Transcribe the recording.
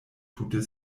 tute